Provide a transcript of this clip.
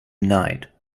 night